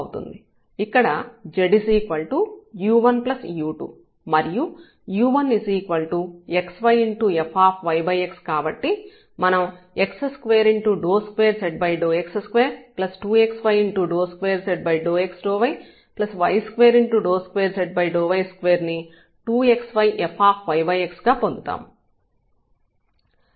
ఇక్కడ z u1u2 మరియు u1 xyfyx కాబట్టి మనం x22zx22xy2z∂x∂yy22zy2 ని 2xyfyx గా పొందుతాము